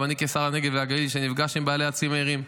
גם אני כשר הנגב והגליל, שנפגש עם בעלי הצימרים,